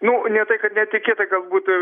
nu ne tai kad netikėta galbūt